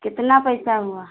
कितना पैसा हुआ